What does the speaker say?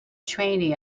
trainee